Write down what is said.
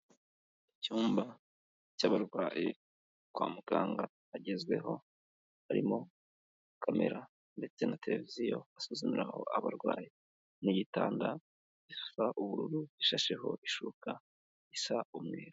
Icyumba cy'abarwayi kwa muganga hagezweho harimo camera ndetse na televiziyo basuzumiraho abarwayi n'igitanda gisa ubururu gishasheho ishuka isa umweru.